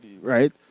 right